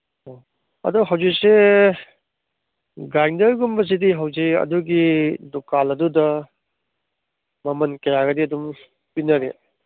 ꯑꯣ ꯑꯗꯨ ꯍꯧꯖꯤꯛꯁꯦ ꯒ꯭ꯔꯥꯟꯗꯔꯒꯨꯝꯕꯁꯤꯗꯤ ꯍꯧꯖꯤꯛ ꯑꯗꯨꯒꯤ ꯗꯨꯀꯥꯟ ꯑꯗꯨꯗ ꯃꯃꯟ ꯀꯌꯥꯒꯗꯤ ꯑꯗꯨꯝ ꯄꯤꯅꯔꯤ